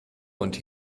und